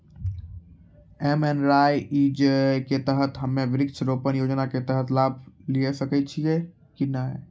MNREGA के तहत हम्मय वृक्ष रोपण योजना के तहत लाभ लिये सकय छियै?